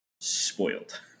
spoiled